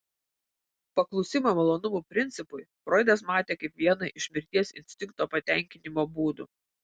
paklusimą malonumo principui froidas matė kaip vieną iš mirties instinkto patenkinimo būdų